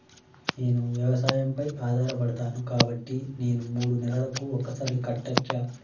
నేను వ్యవసాయం పై ఆధారపడతాను కాబట్టి నేను మూడు నెలలకు ఒక్కసారి కట్టచ్చా?